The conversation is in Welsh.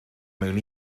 mewn